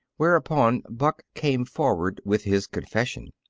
whereupon buck came forward with his confession.